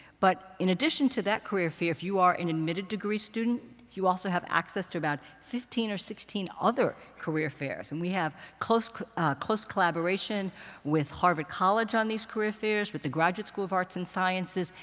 but in addition to that career fair, if you are an admitted degree student, you also have access to about fifteen or sixteen other career fairs. and we have close close collaboration with harvard college on these career fairs, with the graduate school of arts and sciences,